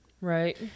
Right